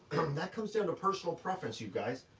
that comes down to personal preference, you guys.